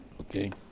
okay